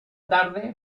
tarde